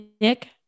Nick